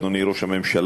אדוני ראש הממשלה,